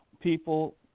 people